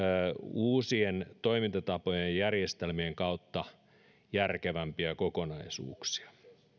uusien toimintatapojen ja järjestelmien kautta järkevämpiä kokonaisuuksia